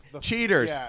Cheaters